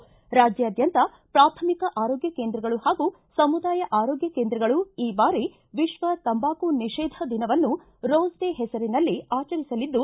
ರಾಜ್ಯಾದ್ಯಂತ ಪ್ರಾಥಮಿಕ ಆರೋಗ್ಯ ಕೇಂದ್ರಗಳು ಹಾಗೂ ಸಮುದಾಯ ಆರೋಗ್ಯ ಕೇಂದ್ರಗಳು ಈ ಬಾರಿ ವಿಶ್ವ ತಂಬಾಕು ನಿಷೇಧ ದಿನವನ್ನು ರೋಸ್ ಡೇ ಹೆಸರಿನಲ್ಲಿ ಆಚರಿಸಲಿದ್ದು